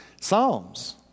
Psalms